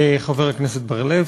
חבר הכנסת בר-לב,